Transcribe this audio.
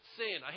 sin